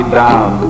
down